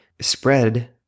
spread